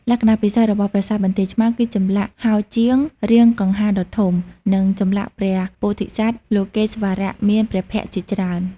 លក្ខណៈពិសេសរបស់ប្រាសាទបន្ទាយឆ្មារគឺចម្លាក់ហោជាងរាងកង្ហារដ៏ធំ និងចម្លាក់ព្រះពោធិសត្វលោកេស្វរៈមានព្រះភក្ត្រជាច្រើន។